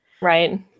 Right